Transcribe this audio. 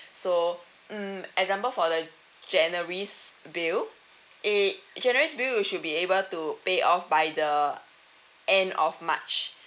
so mm example for the january's bill it january's bill you should be able to pay off by the end of march